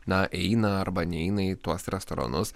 na eina arba neina į tuos restoranus